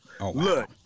Look